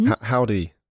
howdy